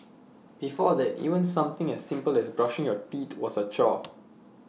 before that even something as simple as brushing your teeth was A chore